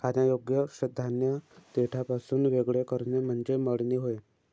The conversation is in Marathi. खाण्यायोग्य धान्य देठापासून वेगळे करणे म्हणजे मळणी होय